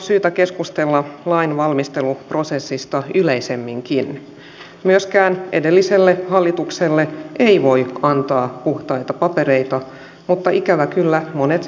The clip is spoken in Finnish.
venäjän rajan ylityksiä näyttää tulevan vain kahden pohjoisen ylityspaikan kautta eli raja joosepin ja sallan kautta